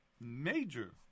major